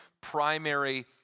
primary